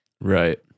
Right